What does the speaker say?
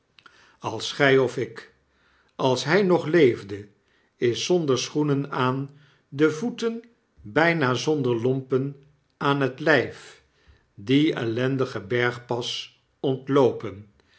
als gy ofik als hij nog leefde is zonder schoenen aan de voeten bijna zonder lompen aan het lyf dien ellendigen bergpas ontloopen